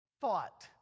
thought